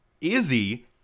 Izzy